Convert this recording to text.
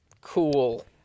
Cool